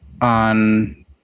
on